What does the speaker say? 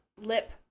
lip